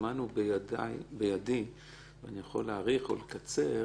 שהזמן הוא בידי ואני יכול להאריך או לקצר,